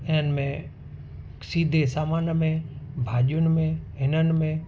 ऐं न में सीधे सामान में भाॼियुनि में हिननि में